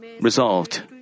resolved